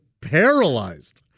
paralyzed